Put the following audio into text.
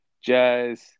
Jazz